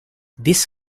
this